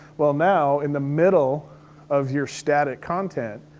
well, now in the middle of your static content,